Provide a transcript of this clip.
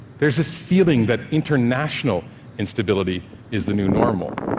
there's this feeling that international instability is the new normal.